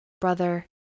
brother